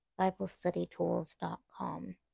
BibleStudyTools.com